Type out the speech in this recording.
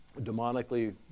demonically